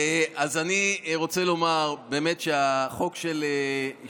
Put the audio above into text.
אני רוצה לומר שהחוק של הרב גפני,